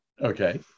Okay